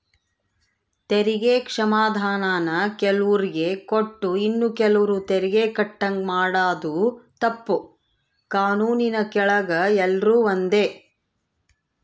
ತೆರಿಗೆ ಕ್ಷಮಾಧಾನಾನ ಕೆಲುವ್ರಿಗೆ ಕೊಟ್ಟು ಇನ್ನ ಕೆಲುವ್ರು ತೆರಿಗೆ ಕಟ್ಟಂಗ ಮಾಡಾದು ತಪ್ಪು, ಕಾನೂನಿನ್ ಕೆಳಗ ಎಲ್ರೂ ಒಂದೇ